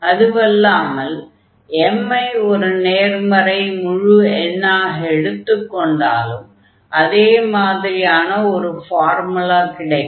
அதுவல்லாமல் m ஐ ஒரு நேர்மறை முழு எண்ணாக எடுத்துக் கொண்டாலும் அதே மாதிரியான ஒரு ஃபார்முலா கிடைக்கும்